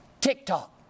TikTok